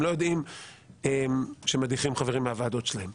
הם לא יודעים שמדיחים חברים מהוועדות שלהם.